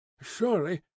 Surely